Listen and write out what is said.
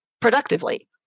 productively